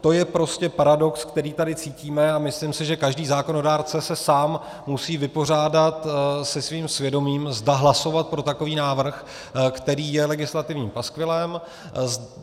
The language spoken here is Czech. To je prostě paradox, který tady cítíme, a myslím si, že každý zákonodárce se sám musí vypořádat se svým svědomím, zda hlasovat pro takový návrh, který je legislativním paskvilem,